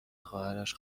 خواهرش